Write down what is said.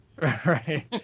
Right